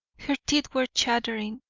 her teeth were chattering.